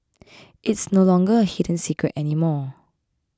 it's no longer a hidden secret anymore